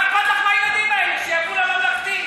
מה אכפת לך מהילדים האלה, שיעברו לממלכתי.